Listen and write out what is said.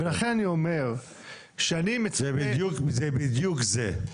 זה בדיוק זה.